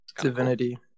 Divinity